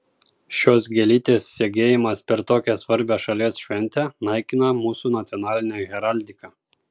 šios gėlytės segėjimas per tokią svarbią šalies šventę naikina mūsų nacionalinę heraldiką